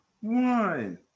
one